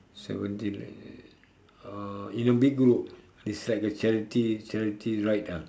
seventy uh in a big group it's like a charity charity ride ah